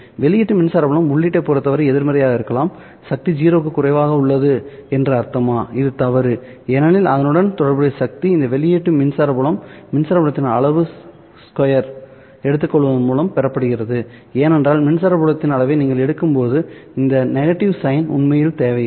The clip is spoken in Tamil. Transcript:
வெளியீட்டு மின்சார புலம் உள்ளீட்டைப் பொறுத்தவரை எதிர்மறையாக இருக்கலாம் சக்தி 0 க்கும் குறைவாக உள்ளது என்று அர்த்தமா இது தவறு ஏனெனில் அதனுடன் தொடர்புடைய சக்தி இந்த வெளியீட்டு மின்சார புலம் மின்சார புலத்தின் அளவு சதுரத்தை எடுத்துக்கொள்வதன் மூலம் பெறப்படுகிறது ஏனென்றால் மின்சார புலத்தின் அளவை நீங்கள் எடுக்கும்போது இந்த சைன் -sign உண்மையில் தேவையில்லை